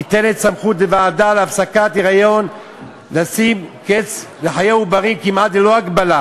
ניתנת סמכות לוועדה להפסקת היריון לשים קץ לחיי עוברים כמעט ללא הגבלה.